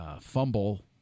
fumble